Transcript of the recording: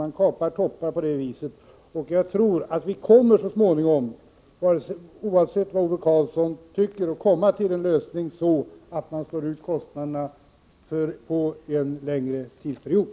På det viset kapar man toppar, och jag tror att vi så småningom — oavsett vad Ove Karlsson tycker — kommer att nå en sådan lösning att kostnaderna slås ut på en längre tidsperiod.